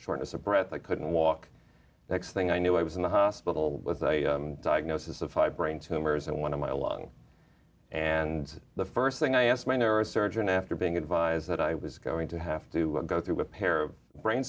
shortness of breath i couldn't walk next thing i knew i was in the hospital with a diagnosis of five brain tumors and one of my lungs and the st thing i asked men there are surgeon after being advised that i was going to have to go through a pair of brain